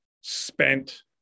spent